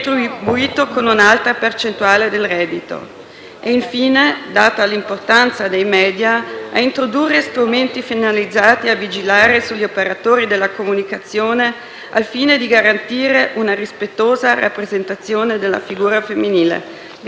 E, infine, data l'importanza dei *media*, chiediamo di introdurre strumenti finalizzati a vigilare sugli operatori della comunicazione, al fine di garantire una rispettosa rappresentazione della figura femminile.